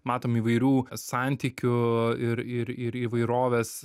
matom įvairių santykių ir ir ir įvairovės